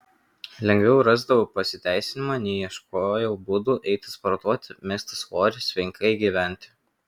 lengviau rasdavau pasiteisinimą nei ieškojau būdų eiti sportuoti mesti svorį sveikai gyventi